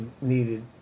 needed